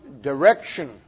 direction